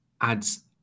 adds